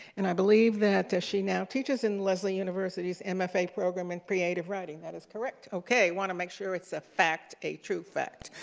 and i believe that she now teaches in leslie university's and mfa program in creative writing, that is correct? okay, i want to make sure it's a fact, a true fact.